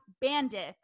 bandit